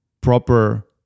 proper